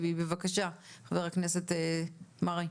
בבקשה, חבר הכנסת מרעי.